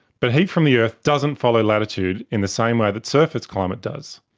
but heat from the earth doesn't follow latitude in the same way that surface climate does.